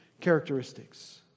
characteristics